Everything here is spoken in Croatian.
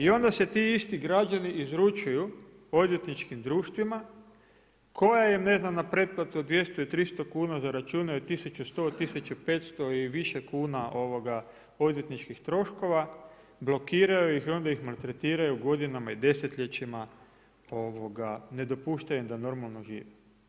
I onda se ti isti građani izručuju odvjetničkim društvima koja im na pretplatu od 200, 300 kuna zaračunaju 1100, 1500 i više kuna odvjetničkim troškova, blokiraju i onda ih maltretiraju godinama i desetljećima ne dopuštaju im da normalno žive.